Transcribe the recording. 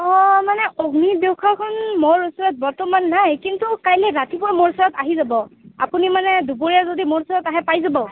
অঁ মানে অগ্নিৰ ডেউকাখন মোৰ ওচৰত বৰ্তমান নাই কিন্তু কাইলে ৰাতিপুৱা মোৰ ওচৰত আহি যাব আপুনি মানে দুপৰীয়া যদি মোৰ তাত আহে পাই যাব